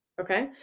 Okay